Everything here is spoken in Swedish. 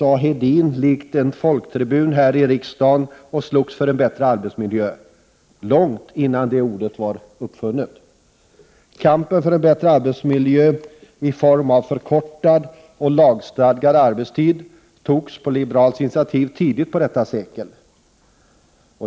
A. Hedin lik en folktribun här i riksdagen och slogs för en bättre arbetsmiljö — långt innan det ordet var uppfunnet. Kampen för en bättre arbetsmiljö i form av förkortad och lagstadgad arbetstid togs upp på liberalt initiativ tidigt detta sekel.